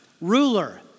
ruler